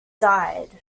died